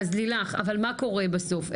אז לילך, אבל מה קורה בסוף?